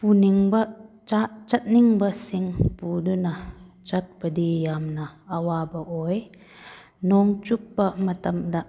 ꯄꯨꯅꯤꯡꯕ ꯆꯥꯛ ꯆꯠꯅꯤꯡꯕꯁꯤꯡ ꯄꯨꯗꯨꯅ ꯆꯠꯄꯗꯤ ꯌꯥꯝꯅ ꯑꯋꯥꯕ ꯑꯣꯏ ꯅꯣꯡ ꯆꯨꯕ ꯃꯇꯝꯗ